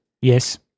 Yes